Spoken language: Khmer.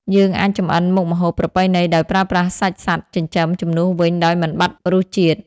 យើងអាចចម្អិនមុខម្ហូបប្រពៃណីដោយប្រើប្រាស់សាច់សត្វចិញ្ចឹមជំនួសវិញដោយមិនបាត់រសជាតិ។